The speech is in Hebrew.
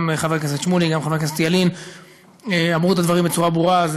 גם חבר הכנסת שמולי וגם חבר הכנסת ילין אמרו את הדברים בצורה ברורה.